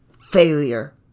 failure